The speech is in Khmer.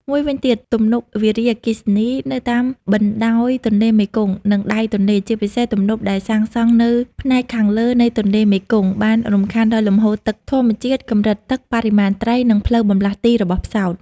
មួយវិញទៀត ទំនប់វារីអគ្គិសនីនៅតាមបណ្តោយទន្លេមេគង្គ និងដៃទន្លេ ជាពិសេសទំនប់ដែលសាងសង់នៅផ្នែកខាងលើនៃទន្លេមេគង្គ បានរំខានដល់លំហូរទឹកធម្មជាតិ កម្រិតទឹក បរិមាណត្រី និងផ្លូវបម្លាស់ទីរបស់ផ្សោត។